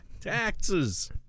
taxes